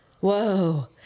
Whoa